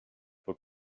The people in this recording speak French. faut